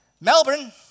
Melbourne